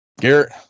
Garrett